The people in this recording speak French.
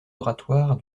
oratoires